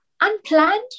unplanned